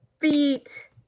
feet